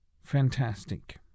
Fantastic